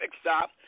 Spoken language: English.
stop